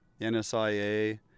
NSIA